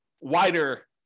wider